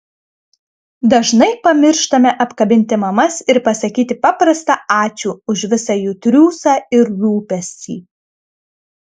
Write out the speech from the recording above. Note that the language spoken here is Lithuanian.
dažnai pamirštame apkabinti mamas ir pasakyti paprastą ačiū už visą jų triūsą ir rūpestį